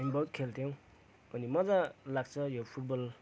हामी बहुत खेल्थ्यौँ अनि मज्जा लाग्छ यो फुटबल